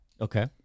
okay